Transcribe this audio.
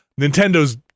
Nintendo's